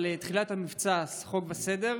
אני שמח על תחילת המבצע חוק וסדר.